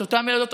את אותן ילדות,